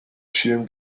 schirm